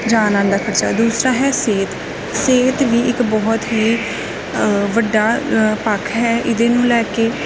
ਜਾਣ ਆਉਣ ਦਾ ਖਰਚਾ ਦੂਸਰਾ ਹੈ ਸਿਹਤ ਸਿਹਤ ਵੀ ਇੱਕ ਬਹੁਤ ਹੀ ਵੱਡਾ ਪੱਖ ਹੈ ਇਹਦੇ ਨੂੰ ਲੈ ਕੇ